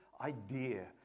idea